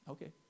Okay